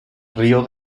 río